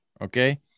okay